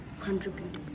contribute